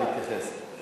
מתייחס.